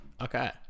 okay